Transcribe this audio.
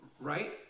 Right